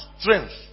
strength